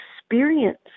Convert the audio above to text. experience